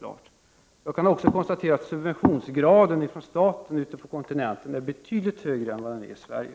Jag kan också konstatera att statens subventionsgrad på kontinenten är betydligt högre än den i Sverige.